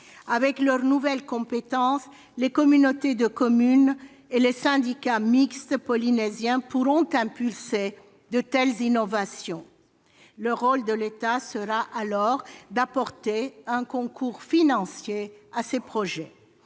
Avec leurs nouvelles compétences, les communautés de communes et les syndicats mixtes polynésiens pourront impulser de telles innovations. Le rôle de l'État sera alors d'apporter un concours financier à ces projets.